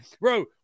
bro